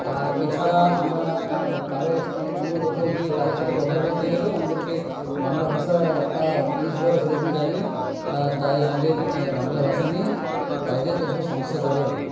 আর এছাড়া আমরা কারো অন্য কোথাও গিয়ে কারো সাথে কথা বলতে গেলেও আমাদেরকে বাংলা ভাষা ইউজ করা সেরকম যায় না তাই আমাদের বাংলা ভাষা নিয়ে বাইরে কোথাও সমস্যা চলে আর কি